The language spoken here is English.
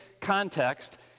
context